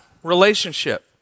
relationship